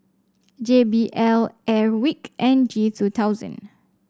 J B L Airwick and G two thousand